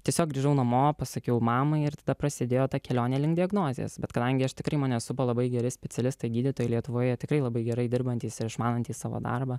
tiesiog grįžau namo pasakiau mamai ir tada prasidėjo ta kelionė link diagnozės bet kadangi aš tikrai mane supo labai geri specialistai gydytojai lietuvoje tikrai labai gerai dirbantys ir išmanantys savo darbą